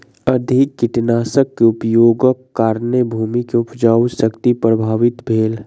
अधिक कीटनाशक के उपयोगक कारणेँ भूमि के उपजाऊ शक्ति प्रभावित भेल